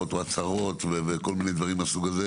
או הצהרות וכול מיני דברים מהסוג הזה